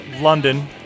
London